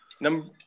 Number